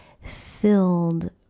filled